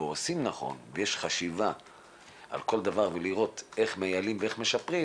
ועושים נכון ויש חשיבה על כל דבר ולראות איך מייעלים ואיך משפרים